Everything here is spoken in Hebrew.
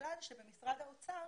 בגלל שבמשרד האוצר